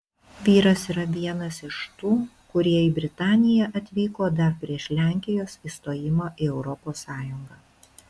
vyras yra vienas iš tų kurie į britaniją atvyko dar prieš lenkijos įstojimą į europos sąjungą